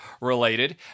related